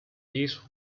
least